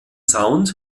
sound